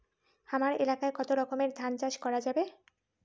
হামার এলাকায় কতো রকমের ধান চাষ করা যাবে?